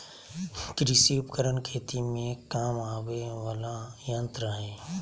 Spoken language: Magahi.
कृषि उपकरण खेती में काम आवय वला यंत्र हई